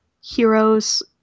heroes